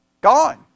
gone